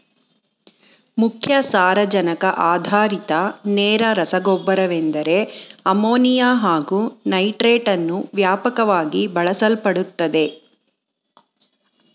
ಮುಖ್ಯ ಸಾರಜನಕ ಆಧಾರಿತ ನೇರ ರಸಗೊಬ್ಬರವೆಂದರೆ ಅಮೋನಿಯಾ ಹಾಗು ನೈಟ್ರೇಟನ್ನು ವ್ಯಾಪಕವಾಗಿ ಬಳಸಲ್ಪಡುತ್ತದೆ